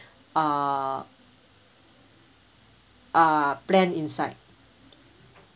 uh uh plan inside